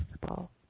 possible